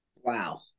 Wow